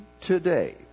today